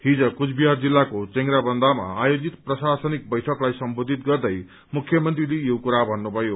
हिज कूचविहार जिल्लाको चेग्रांबन्धामा आयोजित प्रशासनिक बैठकलाई सम्बोधित गर्दै मुख्यमन्त्रीले यो कुरा भन्नुभयो